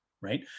right